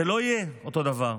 זה לא יהיה אותו דבר.